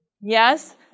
Yes